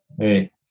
Hey